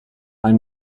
i’m